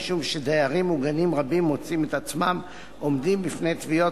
משום שדיירים מוגנים רבים מוצאים את עצמם עומדים בפני תביעות